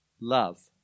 love